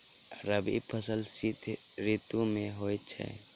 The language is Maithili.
रबी फसल शीत ऋतु मे होए छैथ?